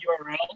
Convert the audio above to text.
url